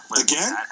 Again